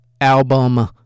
album